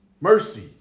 mercy